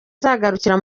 azagarukira